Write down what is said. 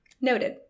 Noted